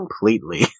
completely